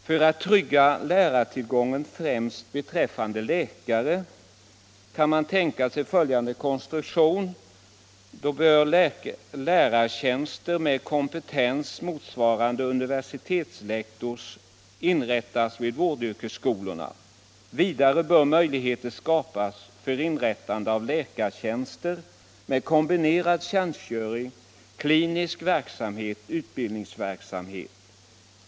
För att trygga lärartillgången — främst beträffande läkare — kan man tänka sig följande konstruktion: Lärartjänster med kompetens motsvarande universitetslektors bör inrättas vid vårdyrkesskolorna. Vidare bör möjligheter skapas för inrättande av läkartjänster med kombinerad tjänstgöring — klinisk verksamhet-utbildningsverksamhet.